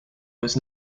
was